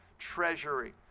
treasury,